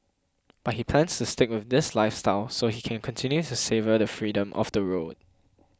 but he plans to stick with this lifestyle so he can continue to savour the freedom of the road